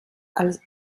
als